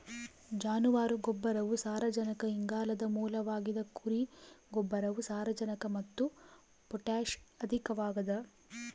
ಜಾನುವಾರು ಗೊಬ್ಬರವು ಸಾರಜನಕ ಇಂಗಾಲದ ಮೂಲವಾಗಿದ ಕುರಿ ಗೊಬ್ಬರವು ಸಾರಜನಕ ಮತ್ತು ಪೊಟ್ಯಾಷ್ ಅಧಿಕವಾಗದ